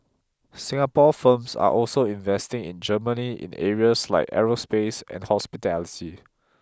Singapore firms are also investing in Germany in areas like aerospace and hospitality